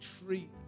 treat